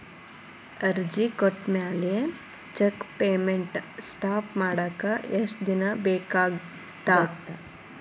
ಅರ್ಜಿ ಕೊಟ್ಮ್ಯಾಲೆ cheque payment stop ಮಾಡಾಕ ಎಷ್ಟ ದಿನಾ ಬೇಕಾಗತ್ತಾ